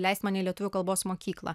leisti mane į lietuvių kalbos mokyklą